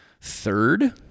third